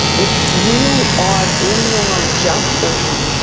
but if you are binging on junk food,